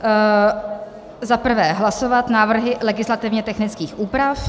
Za prvé hlasovat návrhy legislativně technických úprav.